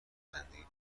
زندگی